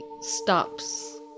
stops